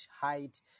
height